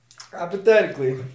Hypothetically